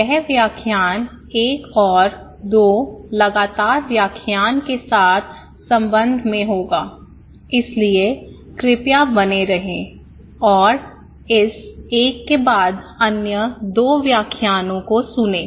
यह व्याख्यान एक और दो लगातार व्याख्यान के साथ संबंध में होगा इसलिए कृपया बने रहें और इस एक के बाद अन्य दो व्याख्यान सुनें